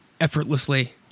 Effortlessly